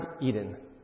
Eden